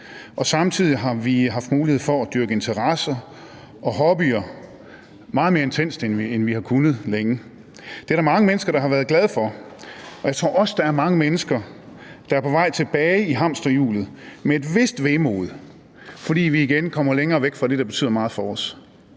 og samtidig har vi haft mulighed for at dyrke interesser og hobbyer meget mere intenst, end vi har kunnet længe. Det er der mange mennesker der har været glade for, og jeg tror også, der er mange mennesker, der er på vej tilbage i hamsterhjulet med et vist vemod, fordi vi igen kommer længere væk fra det, der betyder meget for os.